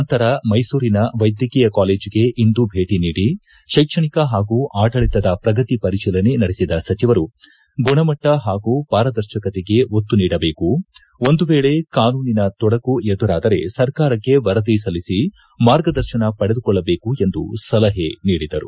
ನಂತರ ಮೈಸೂರಿನ ವೈದ್ಯಕೀಯ ಕಾಲೇಜಿಗೆ ಇಂದು ಭೇಟಿ ನೀಡಿ ಶೈಕ್ಷಣಿಕ ಹಾಗೂ ಅಡಳಿತದ ಪ್ರಗತಿ ಪರಿಶೀಲನೆ ನಡೆಸಿದ ಸಚಿವರು ಗುಣಮಟ್ಟ ಹಾಗೂ ಪಾರದರ್ಶಕತೆಗೆ ಒತ್ತು ನೀಡಬೇಕು ಒಂದು ವೇಳೆ ಕಾನೂನಿನ ತೊಡಕು ಎದುರಾದರೆ ಸರ್ಕಾರಕ್ಕೆ ವರದಿ ಸಲ್ಲಿಸಿ ಮಾರ್ಗದರ್ಶನ ಪಡೆದುಕೊಳ್ಳಬೆಕು ಎಂದು ಸಲಹೆ ನೀಡಿದರು